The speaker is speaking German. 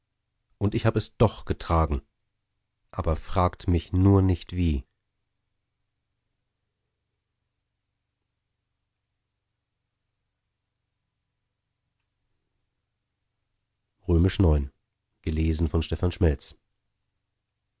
und ich hab es doch getragen aber fragt mich nur nicht wie